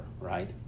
right